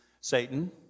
Satan